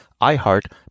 iHeart